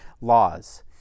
laws